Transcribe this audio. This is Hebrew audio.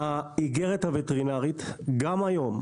האיגרת הווטרינרית גם היום,